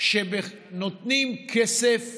שנותנים כסף